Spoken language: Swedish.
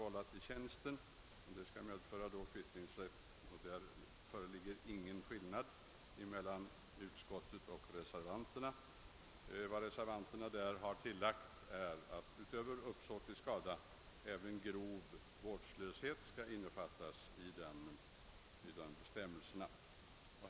På den punkten föreligger ingen skillnad mellan utskottsmajoritetens och reservanternas uppfattningar, men reservanterna föreslår att utöver uppsåtlig skada även grov vårdslöshet skall innefattas i bestämmelserna.